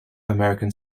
american